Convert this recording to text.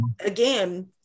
again